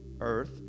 earth